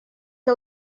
que